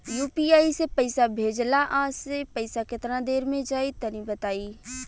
UPI से पईसा भेजलाऽ से पईसा केतना देर मे जाई तनि बताई?